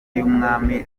y’umwami